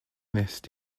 wnest